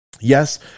Yes